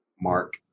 mark